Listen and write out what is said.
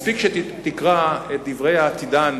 מספיק שתקרא את דברי העתידן